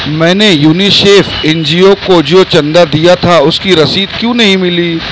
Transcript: میں نے UNICEF N G O کو جو چندہ دیا تھا اس کی رسید کیوں نہیں ملی